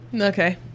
Okay